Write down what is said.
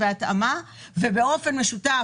בשיתוף